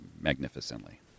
magnificently